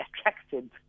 attracted